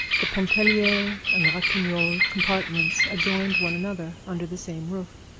the pontellier and ratignolle compartments adjoined one another under the same roof.